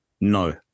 No